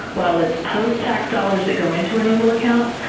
while it is post-tax dollars that go into and able account,